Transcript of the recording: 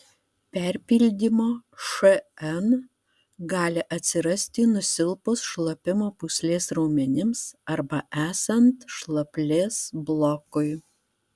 perpildymo šn gali atsirasti nusilpus šlapimo pūslės raumenims arba esant šlaplės blokui